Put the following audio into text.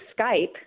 Skype